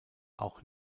auch